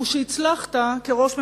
הוא שהצלחת, כראש ממשלה,